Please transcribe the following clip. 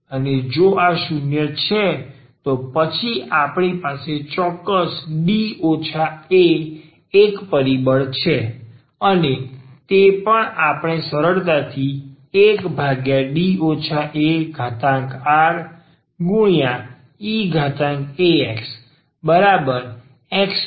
અને જો આ 0 છે તો પછી આપણી પાસે ચોક્કસપણે D a એક પરિબળ છે અને તે પણ આપણે સરળતાથી 1D areaxxrr